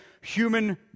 human